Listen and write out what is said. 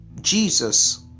Jesus